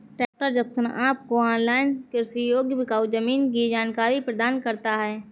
tractor junction आपको online कृषि योग्य बिकाऊ जमीन की जानकारी प्रदान करता है